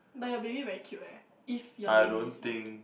but your baby very cute eh if your baby is very cute